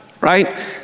right